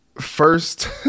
first